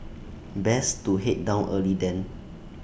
best to Head down early then